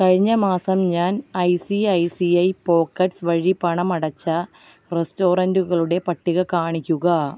കഴിഞ്ഞ മാസം ഞാൻ I C I C I pockets വഴി പണം അടച്ച റെസ്റ്റോറൻറുകളുടെ പട്ടിക കാണിക്കുക